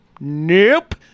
Nope